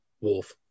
Wolf